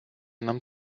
нам